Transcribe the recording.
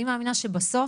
אני מאמינה שבסוף